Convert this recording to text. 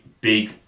big